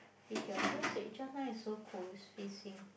it tell tell so it just now is so cold is facing